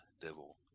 Devil